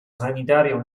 sanitario